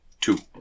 Two